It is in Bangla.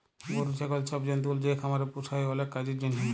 গরু, ছাগল ছব জল্তুগুলা যে খামারে পুসা হ্যয় অলেক কাজের জ্যনহে